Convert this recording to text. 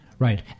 Right